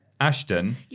Ashton